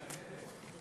הממשלה מתנגדת?